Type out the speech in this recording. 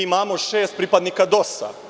Imamo šest pripadnika DOS-a.